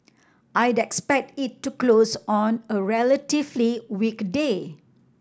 I'd expect it to close on a relatively weak day